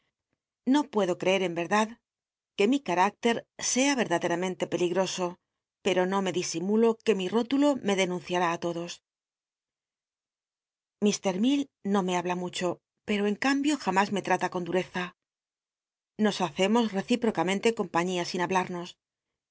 o puedo creer en r erdad que mi catüclet sea yct'datleramente pel igroso pero no me disimulo que mi rótulo me dennncim i i l odos t ilell no me habla mu cho peto en cambio jamás me tmla con c luteza nos hacemos recíprocamente compaiiia sin hablamos